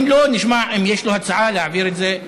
אם לא, נשמע אם לשר יש הצעה להעביר את זה לוועדה.